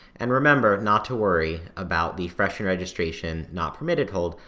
and remember not to worry about the freshman registration not permitted hold,